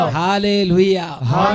hallelujah